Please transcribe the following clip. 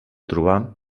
trobar